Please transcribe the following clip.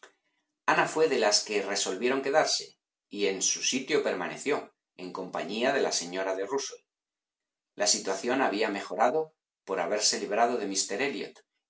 ana fué de las que resolvieron quedarse y en su sitio permaneció en compañía de la señora de rusell la situación había mejorado por haberse librado de